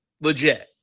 Legit